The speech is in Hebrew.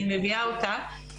אני מביאה אותה.